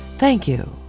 thank you.